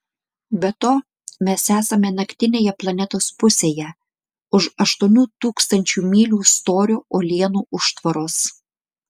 be to mes esame naktinėje planetos pusėje už aštuonių tūkstančių mylių storio uolienų užtvaros